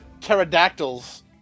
pterodactyls